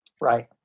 right